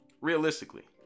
realistically